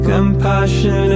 Compassion